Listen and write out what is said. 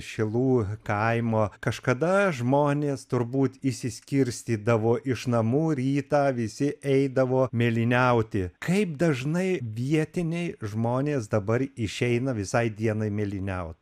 šilų kaimo kažkada žmonės turbūt išsiskirstydavo iš namų rytą visi eidavo mėlyniauti kaip dažnai vietiniai žmonės dabar išeina visai dienai mėlyniaut